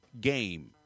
game